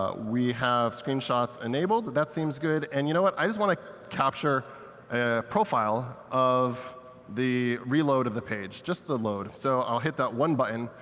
ah we have screenshots enabled, that that seems good. and you know what, i just want to capture a profile of the reload of the page, just the load. so i'll hit that one button.